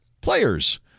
players